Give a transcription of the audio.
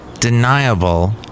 Deniable